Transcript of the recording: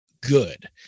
good